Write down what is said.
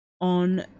on